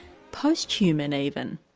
post-human even?